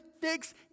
fix